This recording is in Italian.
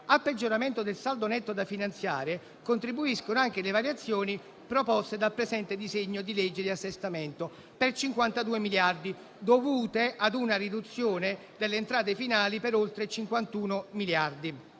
Al peggioramento del saldo netto da finanziare contribuiscono anche le variazioni proposte dal presente disegno di legge di assestamento per 52 miliardi, dovute principalmente a una riduzione delle entrate finali per oltre 51 miliardi.